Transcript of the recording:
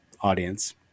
audience